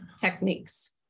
techniques